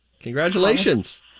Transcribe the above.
congratulations